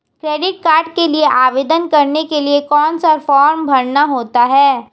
Credit card के लिए आवेदन करने के लिए कौन सा फॉर्म भरना होता है?